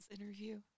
interview